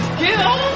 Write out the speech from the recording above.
kill